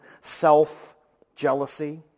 self-jealousy